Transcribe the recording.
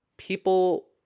People